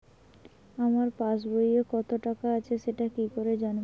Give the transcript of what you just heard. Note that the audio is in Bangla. আমার পাসবইয়ে কত টাকা আছে সেটা কি করে জানবো?